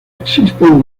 existen